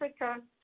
Africa